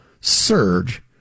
surge